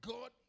God